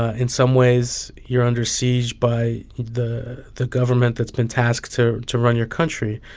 ah in some ways, you're under siege by the the government that's been tasked to to run your country.